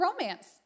romance